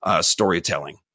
storytelling